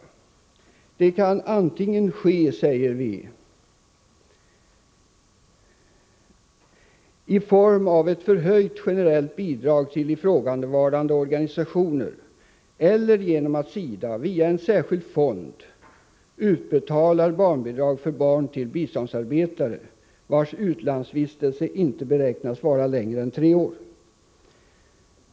Vi säger i betänkandet: ”Det kan ske antingen i form av ett förhöjt generellt bidrag till ifrågavarande organisationer eller genom att SIDA via en särskild fond utbetalar barnbidrag för barn till biståndsarbetare vars utlandsvistelse inte beräknas vara längre än tre år.